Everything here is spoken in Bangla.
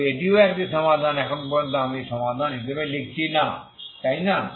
তবে এটিও একটি সমাধান এখন পর্যন্ত আমি সমাধান হিসাবে লিখছি না তাই না